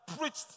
preached